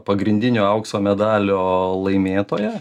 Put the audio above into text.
pagrindinio aukso medalio laimėtoja